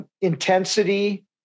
intensity